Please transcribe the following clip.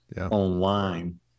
online